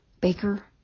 Baker